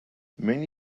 many